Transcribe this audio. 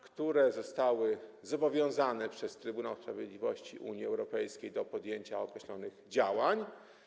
które zostały zobowiązane przez Trybunał Sprawiedliwości Unii Europejskiej do podjęcia określonych działań.